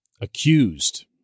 accused